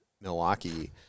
Milwaukee